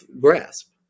grasp